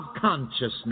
consciousness